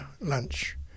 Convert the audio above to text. lunch